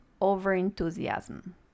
over-enthusiasm